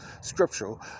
scriptural